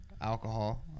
alcohol